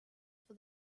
for